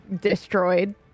destroyed